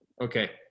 okay